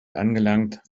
angelangt